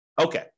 Okay